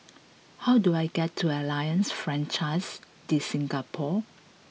how do I get to Alliance Francaise de Singapour